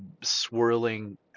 swirling